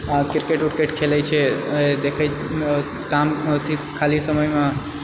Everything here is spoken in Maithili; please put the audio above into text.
क्रिकेट व्रुकेट खेलैछै देखए शाम अथि खाली समयमे